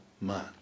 man